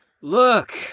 Look